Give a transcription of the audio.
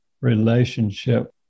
relationship